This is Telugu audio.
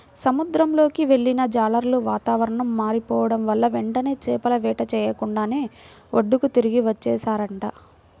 సముద్రంలోకి వెళ్ళిన జాలర్లు వాతావరణం మారిపోడం వల్ల వెంటనే చేపల వేట చెయ్యకుండానే ఒడ్డుకి తిరిగి వచ్చేశారంట